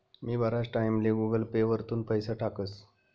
मी बराच टाईमले Google Pay वरथून पैसा टाकस